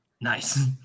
Nice